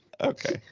Okay